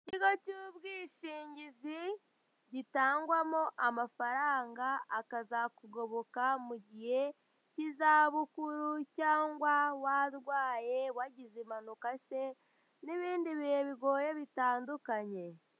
Ikigo cy'ubwishingizi gitangwamo amafaranga akazakugoboka mugihe k'izabukuru cyangwa warwaye wagize impanuka se n'ibindi bihe bigoye bitandukanye.